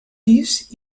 pis